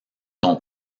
son